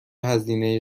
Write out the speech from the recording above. هزینه